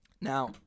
Now